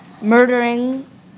murdering